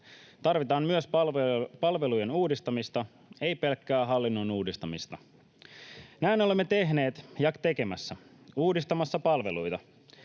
Tarvitaan myös palvelujen uudistamista, ei pelkkää hallinnon uudistamista. Näin olemme tehneet ja tekemässä, uudistamassa palveluita.